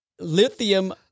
lithium